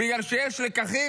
בגלל שיש לקחים